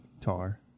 Tar